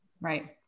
Right